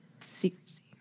Secrecy